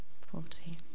Forty